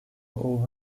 over